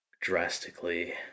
drastically